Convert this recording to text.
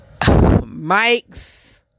Mics